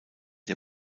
der